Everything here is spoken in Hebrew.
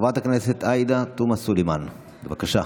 חברת הכנסת עאידה תומא סלימאן, בבקשה.